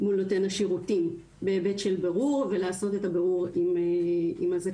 מול נותן השירותים בהיבט של הבירור ולעשות את הבירור עם הזכאי.